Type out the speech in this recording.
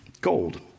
gold